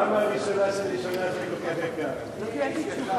ההצעה להעביר את הצעת חוק שכר שווה